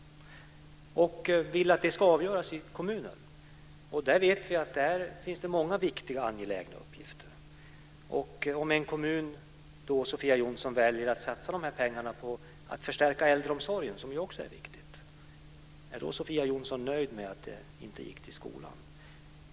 I stället vill man att det ska avgöras i kommunerna. Där vet vi att det finns många angelägna uppgifter. Om en kommun väljer att satsa de här pengarna på att förstärka äldreomsorgen, vilket ju också är viktigt, är då Sofia Jonsson nöjd med de inte gick till skolan?